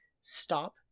stop